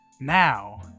now